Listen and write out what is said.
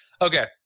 Okay